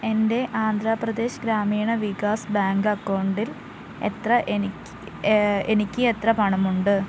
എൻ്റെ ആന്ധ്രാപ്രദേശ് ഗ്രാമീണ വികാസ് ബാങ്ക് അക്കൗണ്ടിൽ എത്ര എനിക്ക് എത്ര പണമുണ്ട്